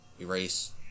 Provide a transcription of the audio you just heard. Erase